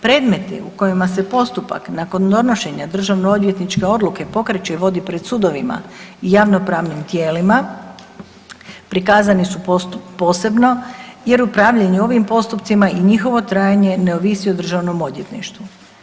Predmeti u kojima se postupak nakon donošenja državnoodvjetničke odluke pokreće i vodi pred sudovima i javnopravnim tijelima, prikazani su posebno jer upravljanje ovim postupcima i njihovo trajanje ne ovisi o državnom odvjetništvu.